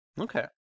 Okay